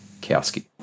Kowski